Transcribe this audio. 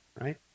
right